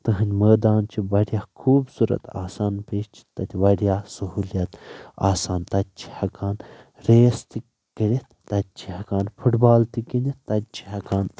تہٕندۍ مٲدان چھِ وارِیاہ خوٗبصوٗرت آسان بیٚیہِ چھِ تتہِ وارِیاہ سہوٗلِیت آسان تتہِ چھِ ہیٚکان ریس تہِ کٔرتھ تتہِ چھِ ہیٚکان فٹ بال تہِ گندتھ تتہِ چھِ ہیٚکان